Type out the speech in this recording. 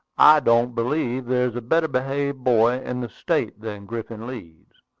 i don't believe there is a better behaved boy in the state than griffin leeds.